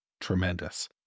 tremendous